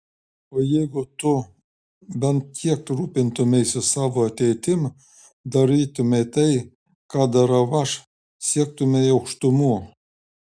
o jeigu tu bent kiek rūpintumeisi savo ateitim darytumei tai ką darau aš siektumei aukštumų